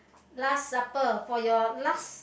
last supper for your last